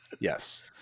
Yes